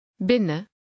Binnen